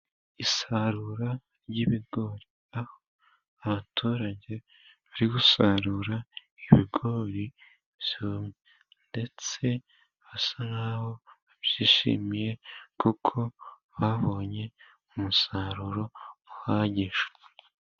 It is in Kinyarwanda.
Isarura ry'ibigori aho abaturage bari gusarura ibigori byumye ndetse basa nk'aho babyishimiye kuko babonye umusaruro uhagije.